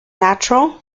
natural